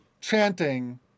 chanting